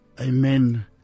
Amen